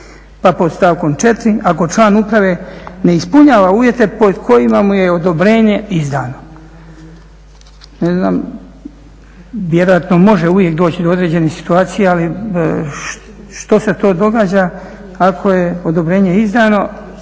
pa pod stavkom 4.ako član uprave ne ispunjava uvjete pod kojima mu je odobrenje izdano. Ne znam vjerojatno uvijek može doći do određene situacije, ali što se to događa ako je odobrenje izdano,